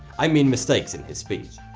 i mean mistakes in his speech.